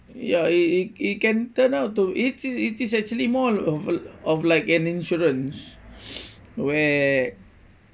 ya it it it can turn out to it is it is actually more of of like an insurance where